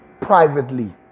privately